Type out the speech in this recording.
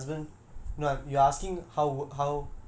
why would I want to even sell my husband